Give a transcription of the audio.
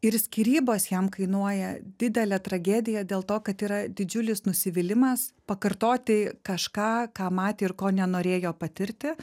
ir skyrybos jam kainuoja didelę tragediją dėl to kad yra didžiulis nusivylimas pakartoti kažką ką matė ir ko nenorėjo patirti